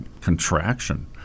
contraction